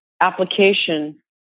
application